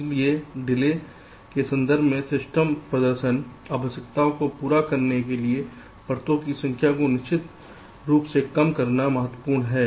इसलिए डिले के संदर्भ में सिस्टम प्रदर्शन आवश्यकताओं को पूरा करने के लिए परतों की संख्या को निश्चित रूप से कम करना महत्वपूर्ण है